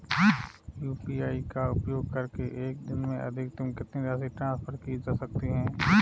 UPI का उपयोग करके एक दिन में अधिकतम कितनी राशि ट्रांसफर की जा सकती है?